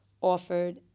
offered